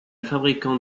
fabricant